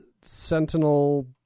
Sentinel